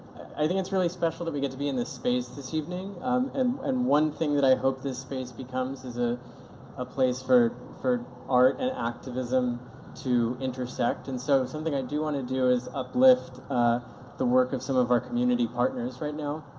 i think it's really special that we get to be in this space this evening, and and one thing that i hope this space becomes is a ah place for for art and activism to intersect. and so, something i do want to do is uplift the work of some of our community partners right now.